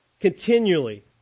continually